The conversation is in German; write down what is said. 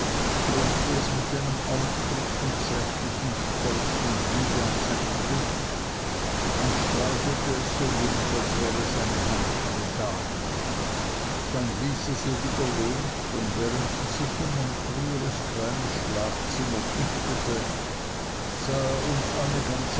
legte es mit einem ausdruck von zärtlichem stolz und liebe an seine brust und streichelte es so mild als wäre seine hand eine damenhand dann ließ er sie wieder los und während sie sich in mein früheres kleines schlafzimmer flüchtete sah er uns alle ganz